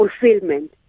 fulfillment